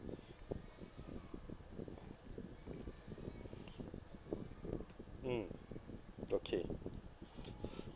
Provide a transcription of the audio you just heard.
mm okay